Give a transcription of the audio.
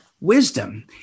wisdom